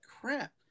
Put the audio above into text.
crap